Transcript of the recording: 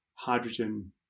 hydrogen